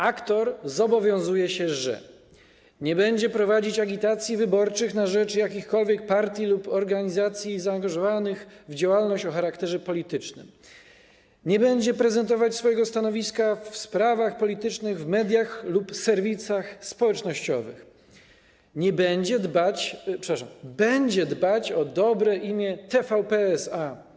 Aktor zobowiązuje się, że: nie będzie prowadzić agitacji wyborczych na rzecz jakichkolwiek partii lub organizacji zaangażowanych w działalność o charakterze politycznym, nie będzie prezentować swojego stanowiska w sprawach politycznych w mediach lub serwisach społecznościowych, będzie dbać o dobre imię TVP SA.